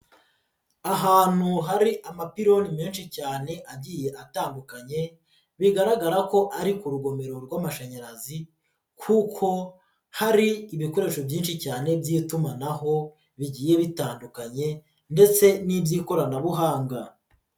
Ahantu hari amapironi menshi cyane agiye atandukanye bigaragara ko ari ku rugomero rw'amashanyarazi kuko hari ibikoresho byinshi cyane by'itumanaho bigiye bitandukanye ndetse n'iby'ikoranabuhanga.